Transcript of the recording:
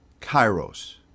kairos